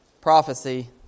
prophecy